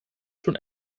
schon